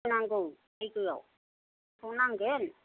नांगौ जैग्ययाव बाव नांगोन